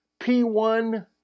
P1